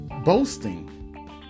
Boasting